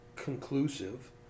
conclusive